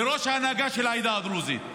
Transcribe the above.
לראש ההנהגה של העדה הדרוזית,